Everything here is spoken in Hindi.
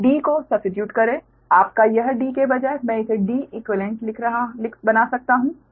तो d को सब्स्टीट्यूट करें आपका यह d के बजाय मैं इसे Deq बना सकता हूं